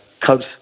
Cubs